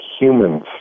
humans